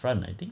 front I think